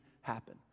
happen